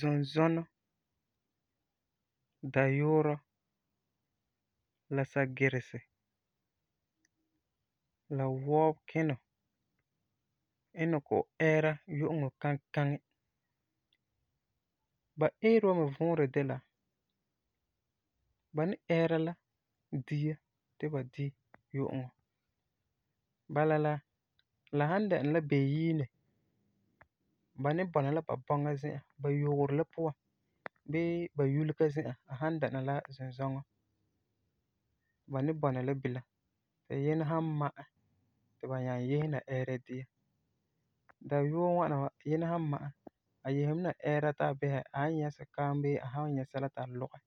Zunzɔnɔ, dayuurɔ la sagiresi la wɔbekinɔ, n ni kɔ'ɔm ɛɛra yu'uŋɔ kankaŋi. Ba eere wa me vuurɛ de la, ba ni ɛɛra la dia ti ba di yu'uŋɔ, bala la, la san dɛna la beyiine, ba ni bɔna la ba bɔŋa zi'an, ba yogero la puan bii ba yulega zi'an ba san dɛna la zunzɔnɔ, ba ni bɔna la bilam ti yinɛ san ma'ɛ ti ba nyaa yese na ɛɛra dia. Dayuuɔ ŋwana wa, yinɛ san ma'ɛ a yese mɛ na ɛɛra ti a bisɛ a san nyɛ sukaam bii a san nyɛ sɛla ti a lugɛ.